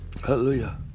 Hallelujah